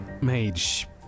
mage